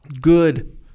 Good